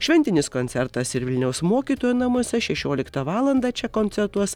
šventinis koncertas ir vilniaus mokytojų namuose šešioliktą valandą čia koncertuos